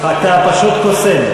אתה פשוט קוסם.